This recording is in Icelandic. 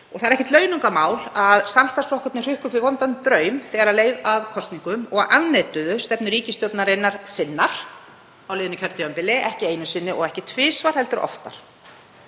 Það er ekkert launungarmál að samstarfsflokkarnir hrukku upp við vondan draum þegar leið að kosningum og afneituðu stefnu ríkisstjórnar sinnar á liðnu kjörtímabili, ekki einu sinni og ekki tvisvar heldur oftar.